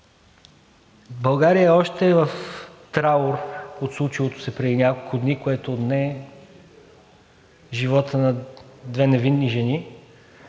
България е още в траур от случилото се преди няколко дни, което отне живота на две невинни жени.